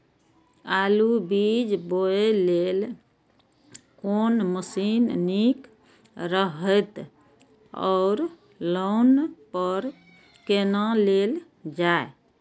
आलु बीज बोय लेल कोन मशीन निक रहैत ओर लोन पर केना लेल जाय?